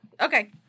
Okay